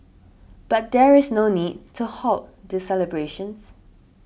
but there is no need to halt the celebrations